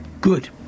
Good